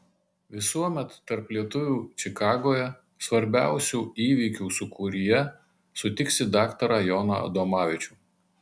visuomet tarp lietuvių čikagoje svarbiausių įvykių sūkuryje sutiksi daktarą joną adomavičių